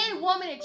woman